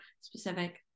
specific